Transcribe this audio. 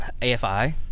AFI